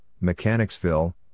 Mechanicsville